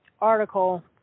article